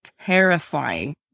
terrifying